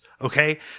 Okay